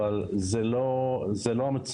אבל זה לא המציאות.